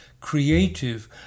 creative